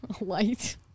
light